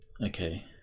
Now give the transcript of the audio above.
Okay